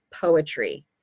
poetry